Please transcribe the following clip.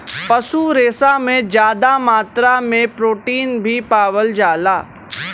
पशु रेसा में जादा मात्रा में प्रोटीन भी पावल जाला